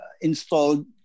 installed